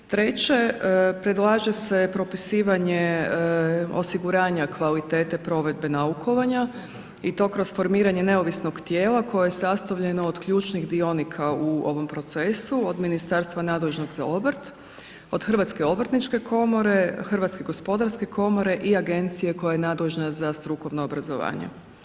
Treće, predlaže se propisivanje osiguranja kvalitete provedbe naukovanja i to kroz formiranje neovisnog tijela koje je sastavljeno od ključnih dionika u ovom procesu od ministarstva nadležnog za obrt, od Hrvatske obrtničke komore, Hrvatske gospodarske komore i agencije koja je nadležna za strukovno obrazovanje.